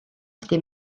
wedi